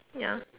ya